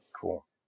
Cool